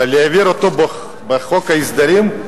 ולהעביר אותו בחוק ההסדרים,